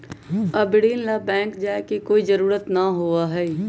अब ऋण ला बैंक जाय के कोई जरुरत ना होबा हई